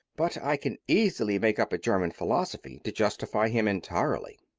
but i can easily make up a german philosophy to justify him entirely.